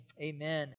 Amen